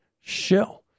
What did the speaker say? show